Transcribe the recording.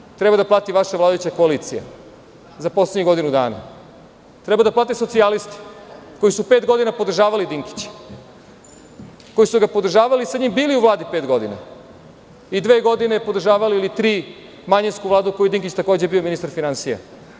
Tu cenu treba da plati vaša vladajuća koalicija za poslednjih godinu dana, treba da plate socijalisti, koji su pet godina podržavali Dinkića, koji su ga podržavali, bili u vladi sa njim pet godina i dve, tri godine podržavali manjinsku vladu u kojoj je Dinkić takođe bio ministar finansija.